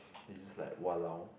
then it's just like !walao!